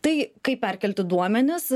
tai kaip perkelti duomenis